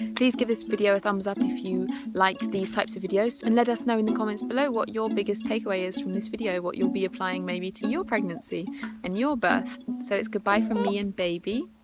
please give this video a thumbs up if you like these types of videos and let us know in the comments below what your biggest takeaway is from this video, what you'll be applying maybe to your pregnancy and your birth. so it's goodbye from me and baby